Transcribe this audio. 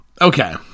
Okay